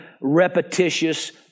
repetitious